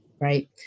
right